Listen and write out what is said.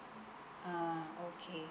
uh okay